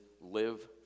live